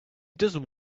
doesn’t